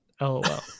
lol